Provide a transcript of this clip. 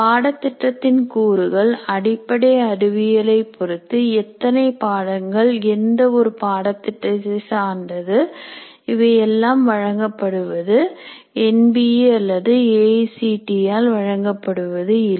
பாடத்திட்டத்தின் கூறுகள் அடிப்படை அறிவியலை பொருத்து எத்தனை பாடங்கள் எந்த ஒரு பாடத்திட்டத்தை சார்ந்தது இவையெல்லாம் வழங்கப்படுவது என் பி ஏ அல்லது A I C T E ஆல் வழங்கப்படுவது இல்லை